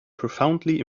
profoundly